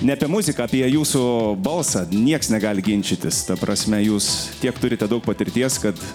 ne apie muziką apie jūsų balsą nieks negali ginčytis ta prasme jūs tiek turite daug patirties kad